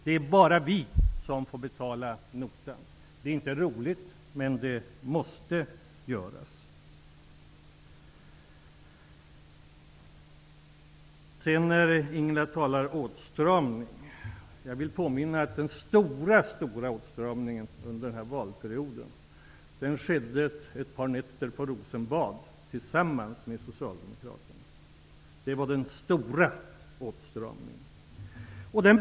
Men det är vi som får se till att notan betalas. Det är inte roligt, men det måste göras. Ingela Thalén talar om åtstramning. Jag vill påminna om att den stora åtstramningen under denna valperiod skedde tillsammans med Socialdemokraterna under ett par nätter på Rosenbad. Den stora åtstramningen behövdes.